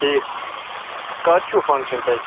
ٹھیٖک کَر چھُو فَنٛگشَن تۄہہِ